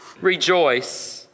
Rejoice